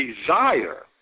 desire